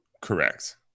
Correct